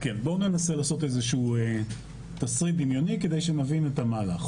בואו ננסה לעשות איזשהו תסריט דמיוני כדי שנבין את המהלך.